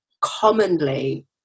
commonly